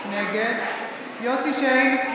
נגד יוסף שיין,